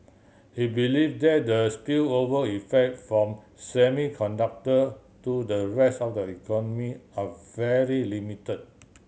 he believe that the spillover effect from semiconductor to the rest of the economy are very limit